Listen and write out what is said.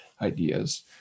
ideas